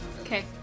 Okay